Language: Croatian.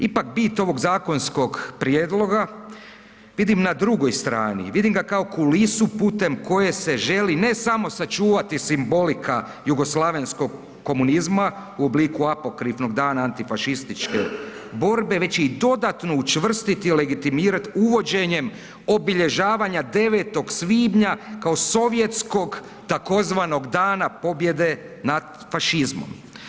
Ipak bit ovog zakonskog prijedloga vidim na drugoj strani, vidim ga kao kulisu putem koje se želi ne samo sačuvati simbolika jugoslavenskog komunizma u obliku apokrifnog Sana antifašističke borbe, već i dodatno učvrstiti i legitimirat uvođenjem obilježavanja 9. svibnja kao sovjetskog takozvanog dana pobjede nad fašizmom.